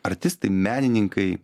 artistai menininkai